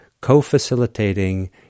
co-facilitating